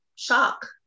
Shock